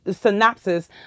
synopsis